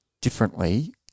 differently